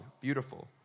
beautiful